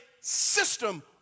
system